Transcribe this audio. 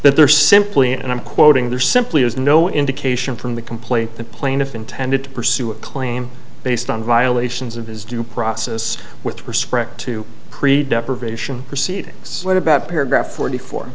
that there simply and i'm quoting there simply is no indication from the complaint that plaintiff intended to pursue a claim based on violations of his due process with respect to create deprivation proceedings what about paragraph forty four